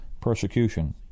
persecution